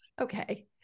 okay